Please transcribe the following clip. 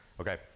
Okay